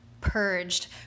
purged